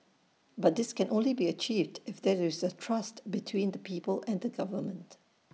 but this can only be achieved if there is trust between the people and the government